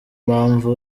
mpamvu